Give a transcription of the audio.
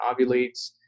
ovulates